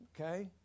okay